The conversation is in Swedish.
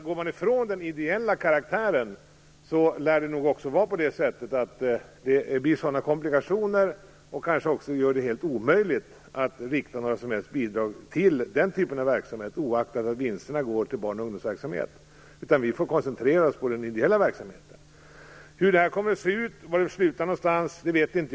Går man ifrån den ideella karaktären lär det nog vara så att det blir sådana komplikationer som kanske gör det helt omöjligt att rikta några som helst bidrag till den typen av verksamhet, oaktat att vinsterna går till barn och ungdomsverksamhet, utan vi får koncentrera oss på den ideella verksamheten. Hur detta kommer att se ut och var det kommer att sluta någonstans vet jag inte.